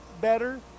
better